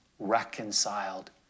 reconciled